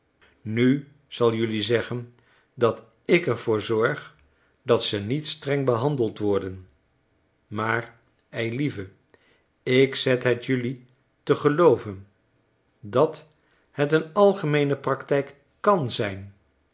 nu zal jelui zeggen dat ik er voor zorg dat ze niet streng behandeld worden maar eilieve ik zet het jelui te gelooven dat net een algemeene praktyk kan zijn